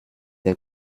der